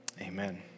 Amen